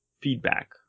feedback